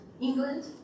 England